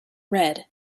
red